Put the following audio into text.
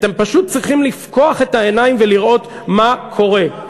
אתם פשוט צריכים לפקוח את העיניים ולראות מה קורה,